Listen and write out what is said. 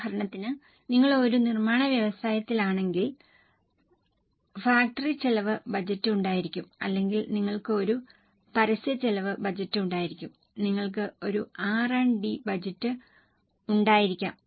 ഉദാഹരണത്തിന് നിങ്ങൾ ഒരു നിർമ്മാണ വ്യവസായത്തിലാണെങ്കിൽ ഫാക്ടറി ചെലവ് ബജറ്റ് ഉണ്ടായിരിക്കും അല്ലെങ്കിൽ നിങ്ങൾക്ക് ഒരു പരസ്യ ചെലവ് ബജറ്റ് ഉണ്ടായിരിക്കാം നിങ്ങൾക്ക് ഒരു R ആൻഡ് D ബജറ്റ് ഉണ്ടായിരിക്കാം